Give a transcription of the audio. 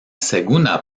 segunda